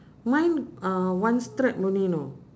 mine uh one stripe only know